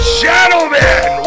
gentlemen